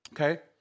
Okay